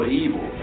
evil